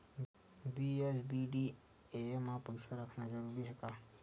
BSBDA मा पईसा रखना जरूरी हे का?